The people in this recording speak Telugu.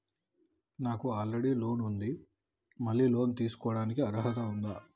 నాకు ఆల్రెడీ లోన్ ఉండి మళ్ళీ లోన్ తీసుకోవడానికి అర్హత ఉందా?